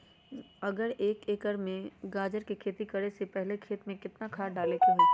अगर एक एकर में गाजर के खेती करे से पहले खेत में केतना खाद्य डाले के होई?